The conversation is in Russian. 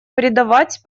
предавать